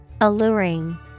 Alluring